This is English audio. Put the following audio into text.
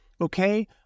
okay